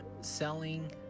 selling